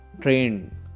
trained